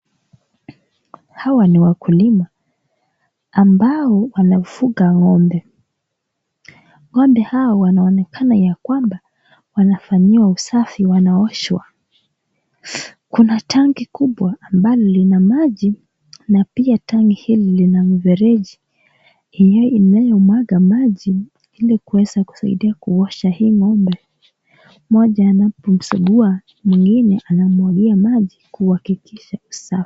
Hawa ni wakulima ambao wanafuga ng'ombe. Ng'ombe hawa wanaonekana ya kwamba, wanafanyiwa usafi, wanaoshwa. Kuna tangi kubwa ambalo lina maji, na pia tangi hili lina mfereji inayomwaga maji, ili kuweza kusaidia kuosha hii ngombe. Mmoja anapomsugua, mwingine anammwagia maji kuhakikisha usafi.